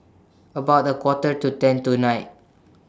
about A Quarter to ten tonight